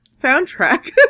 soundtrack